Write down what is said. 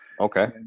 okay